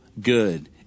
good